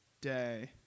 day